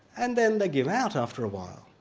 and then they give out after a while.